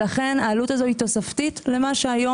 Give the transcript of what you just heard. לכן העלות הזו היא תוספתית למה שהיום